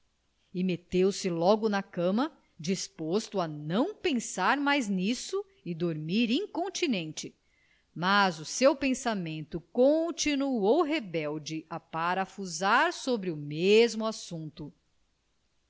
e meteu-se logo na cama disposto a não pensar mais nisso e dormir incontinenti mas o seu pensamento continuou rebelde a parafusar sobre o mesmo assunto